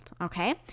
okay